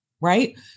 right